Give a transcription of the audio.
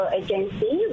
agency